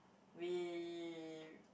we